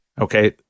Okay